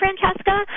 Francesca